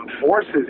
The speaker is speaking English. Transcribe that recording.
forces